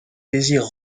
désire